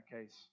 case